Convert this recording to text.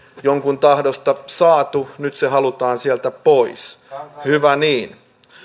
jonkun tahdosta saatu nyt se halutaan sieltä pois hyvä niin